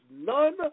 none